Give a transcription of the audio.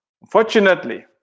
Unfortunately